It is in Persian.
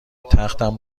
تختم